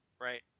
Right